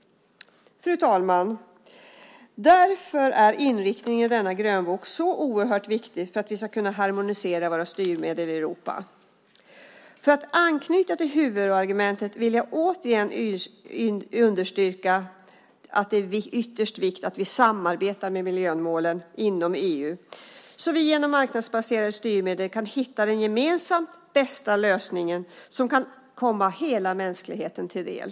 Fru talman! Därför är inriktningen i denna grönbok så oerhört viktig för att vi ska kunna harmonisera våra styrmedel i Europa. För att anknyta till huvudargumentet vill jag återigen understryka att det är av yttersta vikt att vi samarbetar om miljömålen inom EU, så att vi genom marknadsbaserade styrmedel kan hitta den gemensamt bästa lösningen, som kan komma hela mänskligheten till del.